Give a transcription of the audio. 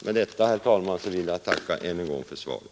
Med detta, herr talman, vill jag tacka än en gång för svaret.